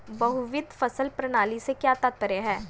बहुविध फसल प्रणाली से क्या तात्पर्य है?